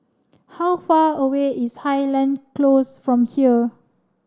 how far away is Highland Close from here